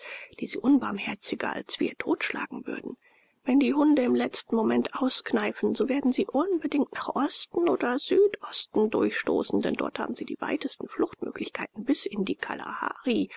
die sie unbarmherziger als wir totschlagen würden wenn die hunde im letzten moment auskneifen so werden sie unbedingt nach osten oder südosten durchstoßen denn dort haben sie die weitesten fluchtmöglichkeiten bis in die kalahari